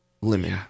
limit